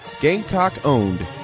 Gamecock-owned